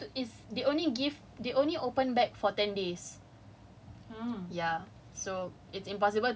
I just have to find and no but I cannot cause as in it's they only give they only open back for ten days